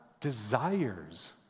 desires